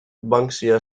banksia